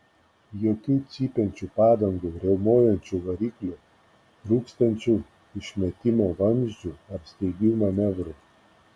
jokių cypiančių padangų riaumojančių variklių rūkstančių išmetimo vamzdžių ar staigių manevrų